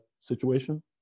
situation